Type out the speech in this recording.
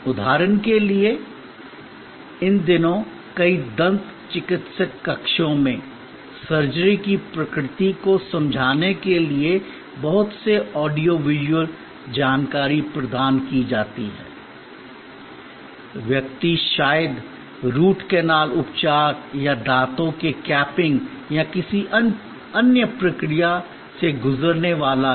उदाहरण के लिए इन दिनों कई दंत चिकित्सक कक्षों में सर्जरी की प्रकृति को समझाने के लिए बहुत से ऑडियो विजुअल जानकारी प्रदान की जाती हैं व्यक्ति शायद रूट कैनाल उपचार या दांतों के कैपिंग या किसी अन्य प्रक्रिया से गुजरने वाला है